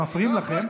שמפריעים לכם.